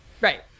Right